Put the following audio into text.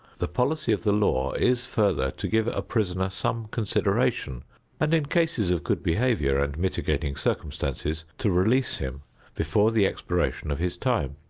the policy of the law is further to give a prisoner some consideration and in cases of good behavior and mitigating circumstances to release him before the expiration of his time.